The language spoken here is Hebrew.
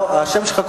השם שלך,